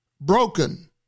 broken